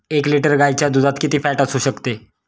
एक लिटर गाईच्या दुधात किती फॅट असू शकते?